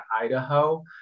Idaho